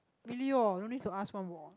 really oh don't need to ask one [wor]